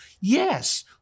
Yes